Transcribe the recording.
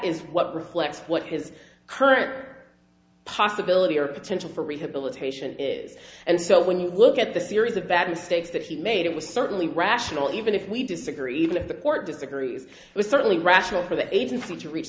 is what reflects what his current possibility or potential for rehabilitation is and so when you look at the series of bad mistakes that he made it was certainly rational even if we disagree even if the court disagrees it was certainly rational for the agency to reach